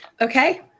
Okay